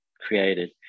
created